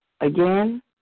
again